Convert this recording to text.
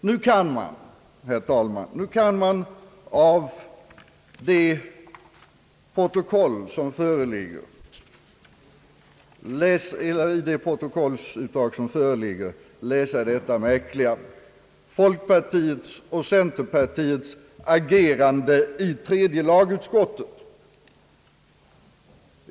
Nu kan man, herr talman, av det protokollsutdrag som föreligger läsa det märkliga uttalandet om folkpartiets och centerpartiets agerande i tredje lagutskottet.